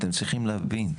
כן